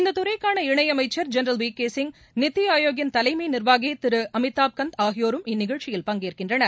இந்த துறைக்கான இணை அமைச்சா் general V K Singh Niti ஆயோக்கின் தலைமை நிர்வாகி திரு அமிதாப்கான் ஆகியோம் இந்நிகழ்ச்சியில் பங்கேற்கின்றனர்